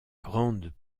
grande